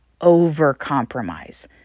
overcompromise